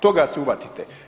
Toga se uhvatite.